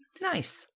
Nice